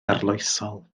arloesol